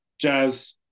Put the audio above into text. jazz